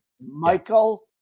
Michael